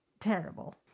terrible